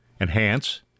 Enhance